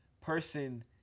person